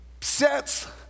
sets